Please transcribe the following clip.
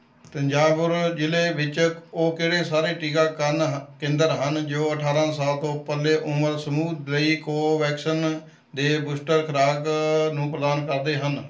ਤੰਜਾਵੁਰ ਜ਼ਿਲ੍ਹੇ ਵਿੱਚ ਉਹ ਕਿਹੜੇ ਸਾਰੇ ਟੀਕਾਕਰਨ ਕੇਂਦਰ ਹਨ ਜੋ ਅਠਾਰਾਂ ਸਾਲ ਤੋਂ ਉਪਰਲੇ ਉਮਰ ਸਮੂਹ ਲਈ ਕੋਵੈਕਸਿਨ ਦੇ ਬੂਸਟਰ ਖੁਰਾਕ ਨੂੰ ਪ੍ਰਦਾਨ ਕਰਦੇ ਹਨ